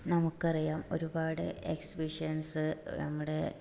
നമുക്കറിയാം ഒരുപാട് എക്സിബിഷൻസ് നമ്മുടെ